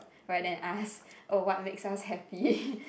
rather than ask oh what makes us happy